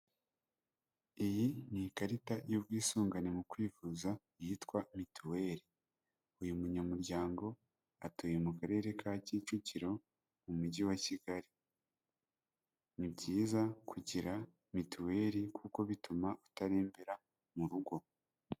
Iyi ni ikarita y'ubwisungane mu kwivuza yitwa mitiweri. Uyu munyamuryango atuye mu karere ka Kicukiro mu mujyi wa Kigali. Ni byiza kugira mituweli kuko bituma utarembera mu rugo.